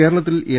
കേരളത്തിൽ എൽ